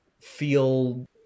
feel